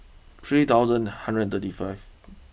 three thousand a hundred thirty fifth